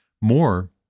more